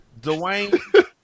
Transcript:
Dwayne